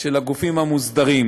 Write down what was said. של הגופים המוסדרים,